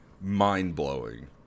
mind-blowing